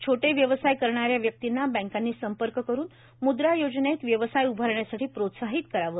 छेटे व्यवसाय करणाऱ्या व्यक्तींना बँकांनी संपर्क करून मुद्रा योजनेत व्यवसाय उभारण्यासाठी प्रोत्साहित करावे